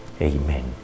Amen